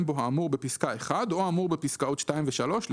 בו האמור בפסקה (1) או האמור בפסקאות (2) ו-(3),